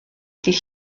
dydd